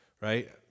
Right